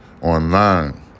online